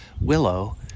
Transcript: willow